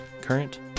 Current